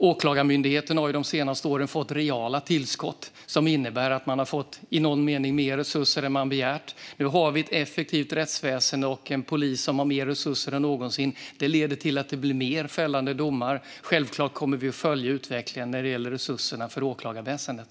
Åklagarmyndigheten har de senaste åren fått reala tillskott som innebär att man i någon mening fått mer resurser än man begärt. Nu har vi ett effektivt rättsväsen och en polis som har mer resurser än någonsin. Det leder till fler fällande domar. Självklart kommer vi att följa utvecklingen när det gäller resurserna för åklagarväsendet.